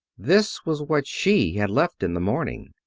this was what she had left in the morning.